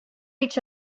each